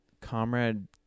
Comrade